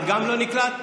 את גם לא נקלטת?